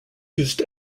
used